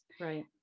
right